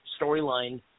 storyline